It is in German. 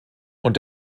und